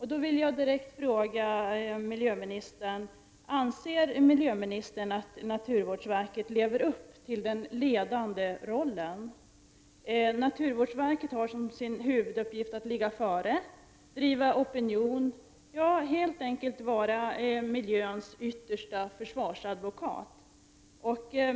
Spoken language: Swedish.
Jag vill då fråga miljöministern: Anser miljöministern att naturvårdsverket lever upp till den ledande rollen? Naturvårdsverket har som sin huvuduppgift att ligga före, driva opinionen, ja helt enkelt vara miljöns yttersta försvarsadvokat.